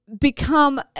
become